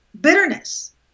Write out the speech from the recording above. bitterness